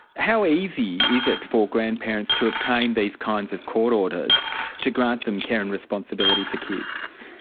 how easy is it for grandparents to obtain these kinds of court orders to grant them care and responsibility for kids?